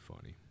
funny